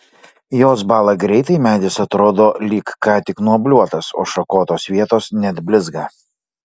jos bąla greitai medis atrodo lyg ką tik nuobliuotas o šakotos vietos net blizga